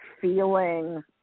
feeling